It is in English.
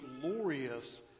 glorious